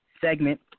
segment